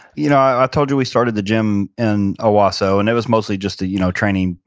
you know, i told you we started the gym in owasso, and it was mostly just you know training,